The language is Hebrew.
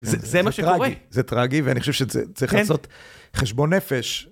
זה מה שקורה. זה טרגי, ואני חושב שצריך לעשות חשבון נפש.